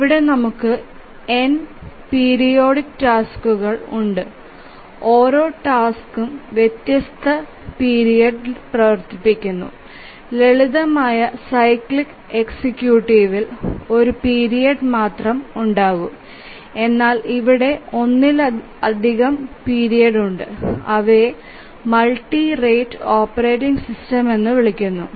ഇവിടെ നമുക്ക് n periodic ടാസ്ക്കുകൾ ഉണ്ട് ഓരോ ടാസ്കും വ്യത്യസ്ത പീരിയഡ് പ്രവർത്തികുനു ലളിതമായ സൈക്ലിക് എക്സിക്യൂട്ടീവിൽ ഒരു പീരിയഡ് മാത്രമേ ഉണ്ടാകു എന്നാൽ ഇവിടെ ഒന്നിലധികം പീരിയഡ് ഉണ്ട് അവയെ മൾട്ടി റേറ്റ് ഓപ്പറേറ്റിംഗ് സിസ്റ്റം എന്ന് വിളിക്കുന്നു